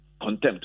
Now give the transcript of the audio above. contempt